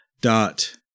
dot